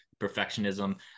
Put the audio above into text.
perfectionism